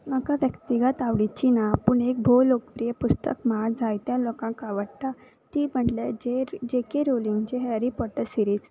म्हाका व्यक्तीगत आवडीची ना पूण एक भोव लोकप्रिय पुस्तक म्हाका जायत्या लोकांक आवडटा ती म्हटल्यार जे जे के रोलिंगचे हॅरी पॉटर सिरीज